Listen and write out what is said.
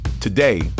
Today